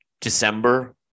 December